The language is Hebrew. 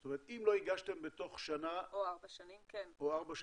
זאת אומרת אם לא הגשתם בתוך שנה או ארבע שנים בהתאמה